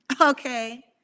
Okay